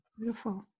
Beautiful